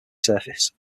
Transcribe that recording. surface